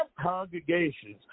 congregations